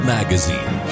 Magazine